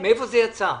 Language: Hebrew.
מאיפה זה יצא?